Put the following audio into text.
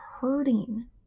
hurting